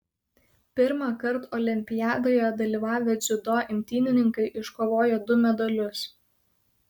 pirmąkart olimpiadoje dalyvavę dziudo imtynininkai iškovojo du medalius